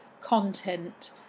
content